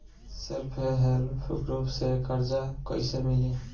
Self help group से कर्जा कईसे मिली?